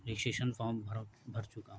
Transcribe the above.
registration form بھر بھر چکا ہوں